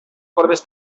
corbes